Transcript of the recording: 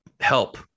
help